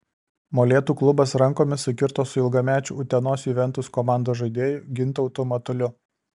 molėtų klubas rankomis sukirto su ilgamečiu utenos juventus komandos žaidėju gintautu matuliu